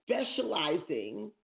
specializing